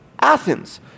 Athens